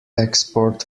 export